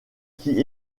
qui